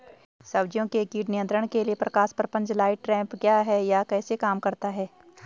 सब्जियों के कीट नियंत्रण के लिए प्रकाश प्रपंच लाइट ट्रैप क्या है यह कैसे काम करता है?